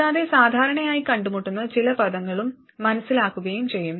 കൂടാതെ സാധാരണയായി കണ്ടുമുട്ടുന്ന ചില പദങ്ങളും മനസ്സിലാക്കുകയും ചെയ്യും